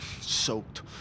soaked